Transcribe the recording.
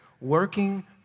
working